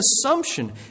assumption